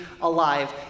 alive